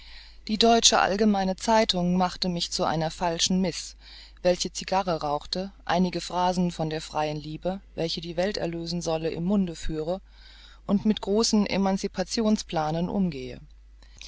die deutsche allgemeine zeitung machte mich zu einer falschen miss welche cigarren rauchte einige phrasen von der freien liebe welche die welt erlösen solle im munde führe und mit großen emancipationsplanen umgehe